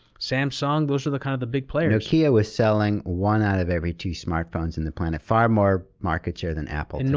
samsung, those were the kind of the big players. nokia was selling one out of every two smartphones on and the planet. far more market share than apple and and